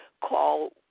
call